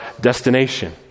destination